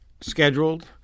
scheduled